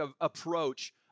approach